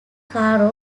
caro